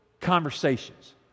conversations